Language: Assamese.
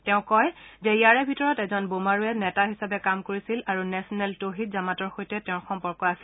তেওঁ কয় যে ইয়াৰে ভিতৰত এজন বোমাৰুৱে নেতা হিচাপে কাম কৰিছিল আৰু নেশ্যনেল তৌহিদ জামাতৰ সৈতে তেওঁৰ সম্পৰ্ক আছিল